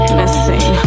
missing